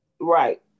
Right